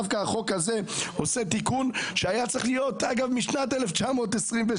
דווקא החוק הזה עושה תיקון שהיה צריך להיות משנת 1926,